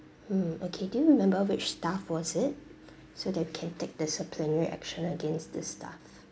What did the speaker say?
mm okay do you remember which staff was it so that we can take disciplinary action against this staff